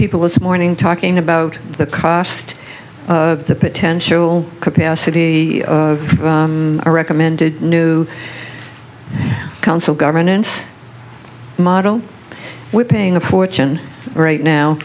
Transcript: people was mourning talking about the cost of the potential capacity or recommended new council governance model we're paying a fortune right now